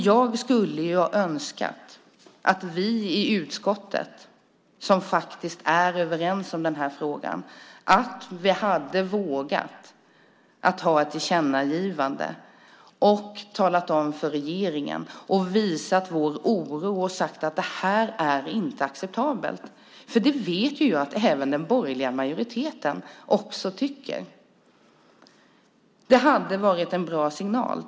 Jag skulle ha önskat att vi i utskottet, som faktiskt är överens i den här frågan, hade vågat göra ett tillkännagivande till regeringen där vi visade vår oro och sade att detta inte är acceptabelt. Det vet jag ju att den borgerliga majoriteten också tycker. Det hade varit en bra signal.